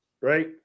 right